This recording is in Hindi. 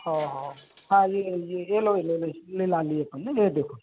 हओ हओ हाँ ये ये लो ये लो ये ला लिए अपन ने ये देखो